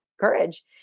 courage